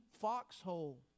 foxhole